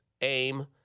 AIM